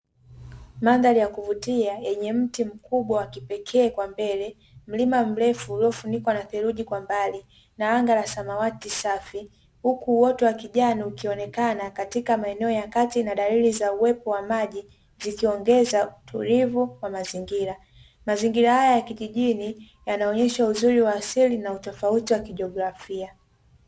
Mandhari ya kuvutia, yenye mti mkubwa wa kipekee kwa mbele, mlima mrefu uliofunikwa na theluji kwa mbali na anga la samawati safi. Huku uoto wa kijani ukionekana katika maeneo ya kati na dalili za uwepo wa maji zikiongeza utulivu wa mazingira. Mazingira haya ya kijijini yanaonyesha uzuri wa asili na utofauti wa kijeografia.